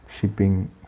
Shipping